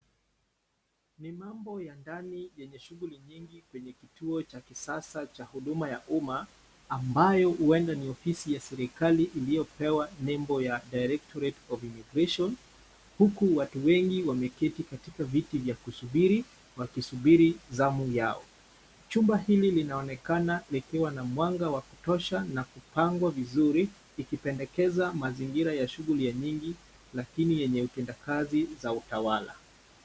Ni mambo ya ndani yenye shughuli nyingi kwenye kituo cha kisasa cha huduma ya umma ambayo huenda ni ofisi ya serikali iliyopewa nembo ya Directorate of Immigration huku watu wengi wameketi katika viti vya kusubiri wakisubiri zamu yao. Chumba hili linaonekana likiwa na mwanga wa kutosha na kupangwa vizuri ikipendekeza mazingira ya shughuli nyingi lakini yenye utendakazi za utawala.